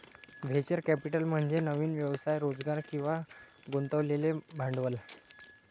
venture capital म्हणजे नवीन व्यवसायात रोजगार किंवा गुंतवलेले भांडवल